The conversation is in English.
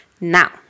Now